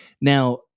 Now